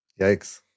Yikes